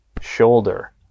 shoulder